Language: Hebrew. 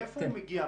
מאיפה הוא מגיע?